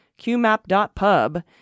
QMAP.PUB